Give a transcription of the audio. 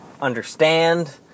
understand